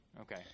Okay